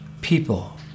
people